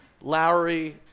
Lowry